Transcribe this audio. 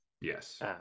Yes